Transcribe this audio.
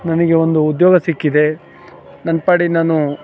ನನಗೆ ಒಂದು ಉದ್ಯೋಗ ಸಿಕ್ಕಿದೆ ನನ್ನ ಪಾಡಿಗೆ ನಾನು